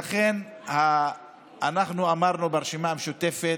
דרך אגב, הם התכנסו יום לפני ההפגנה בבלפור,